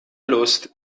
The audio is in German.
lust